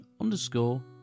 underscore